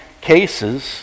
cases